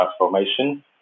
transformation